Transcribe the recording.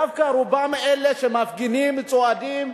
דווקא רובם אלה שמפגינים, צועדים,